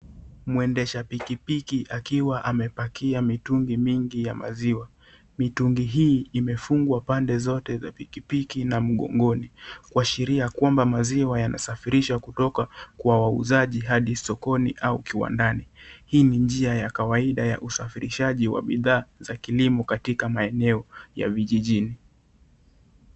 Mwendesha pikipiki akiwa amepakia mitungi mingi ya maziwa. Mitungi hii imefungwa pande zote za pikipiki na mgongoni. Kuashiria ya kuwa maziwa yanasafirishwa kutoka kwa wauzaji hadi sokoni au kiwandani. Hili ni njia ya kawaida ya usafirishaji wa bidhaa katika kilimo katika maeneo ya vijijini.